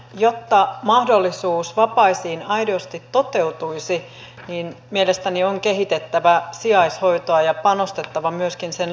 jotta mahdollisuus vapaisiin aidosti toteutuisi niin mielestäni on kehitettävä sijaishoitoa ja panostettava myöskin sen laatuun